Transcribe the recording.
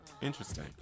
Interesting